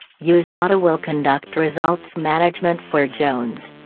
usada will conduct results management for jones.